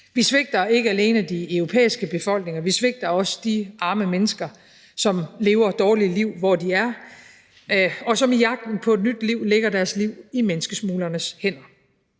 Vi svigter ikke alene de europæiske befolkninger; vi svigter også de arme mennesker, som lever et dårligt liv der, hvor de er, og som i jagten på et nyt liv lægger deres liv i menneskesmuglernes hænder.